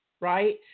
right